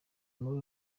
muri